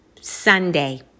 Sunday